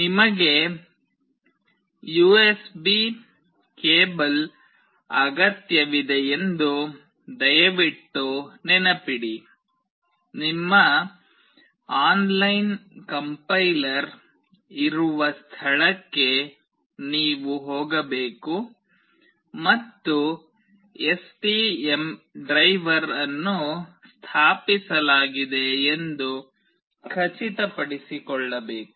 ನಿಮಗೆ USB cable ಅಗತ್ಯವಿದೆಯೆಂದು ದಯವಿಟ್ಟು ನೆನಪಿಡಿ ನಿಮ್ಮ ಆನ್ಲೈನ್ ಕಂಪ್ಲೈಯರ್ ಇರುವ ಸ್ಥಳಕ್ಕೆ ನೀವು ಹೋಗಬೇಕು ಮತ್ತು ಎಸ್ಟಿಎಂ ಡ್ರೈವರ್ ಅನ್ನು ಸ್ಥಾಪಿಸಲಾಗಿದೆ ಎಂದು ಖಚಿತಪಡಿಸಿಕೊಳ್ಳಬೇಕು